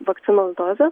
vakcinos doze